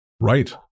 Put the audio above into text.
Right